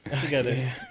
Together